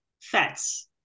fats